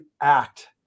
act